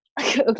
okay